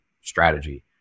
strategy